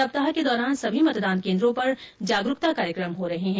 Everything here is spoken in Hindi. सप्ताह के दौरान सभी मतदान केन्द्रों पर जागरूकता कार्यक्रम हो रहे है